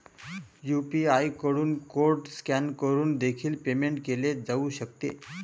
UPI कडून code scan करून देखील पेमेंट केले जाऊ शकते